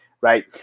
right